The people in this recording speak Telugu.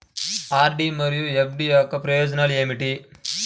ఆర్.డీ మరియు ఎఫ్.డీ యొక్క ప్రయోజనాలు ఏమిటి?